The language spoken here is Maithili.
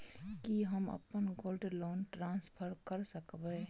की हम अप्पन गोल्ड लोन ट्रान्सफर करऽ सकबै?